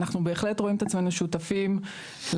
אנחנו בהחלט רואים את עצמנו שותפים לעבודה,